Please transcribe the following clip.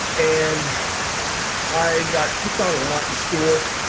and i got picked on a lot in school,